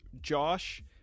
Josh